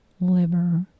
liver